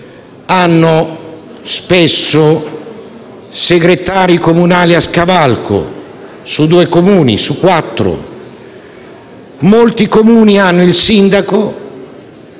hanno spesso segretari comunali "a scavalco" su due Comuni, se non su quattro. Molti Comuni hanno il sindaco,